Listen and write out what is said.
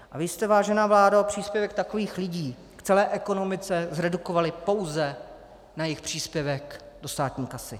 A vy jste, vážená vládo, příspěvek takových lidí v celé ekonomice zredukovali pouze na jejich příspěvek do státní kasy.